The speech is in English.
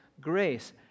grace